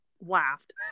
laughed